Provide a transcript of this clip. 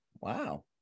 Wow